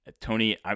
Tony